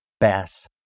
Bass